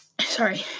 Sorry